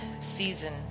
season